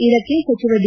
ಇದಕ್ಕೆ ಸಚಿವ ಡಿ